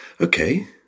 okay